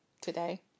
today